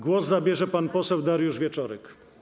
Głos zabierze pan poseł Dariusz Wieczorek.